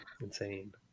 insane